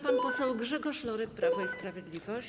Pan poseł Grzegorz Lorek, Prawo i Sprawiedliwość.